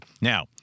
Now